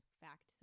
fact